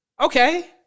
okay